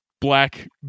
black